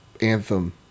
Anthem